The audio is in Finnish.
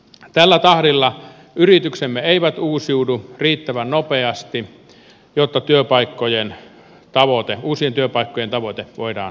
tällä tahdilla yrityksemme eivät uusiudu riittävän nopeasti jotta uusien työpaikkojen tavoite voidaan saavuttaa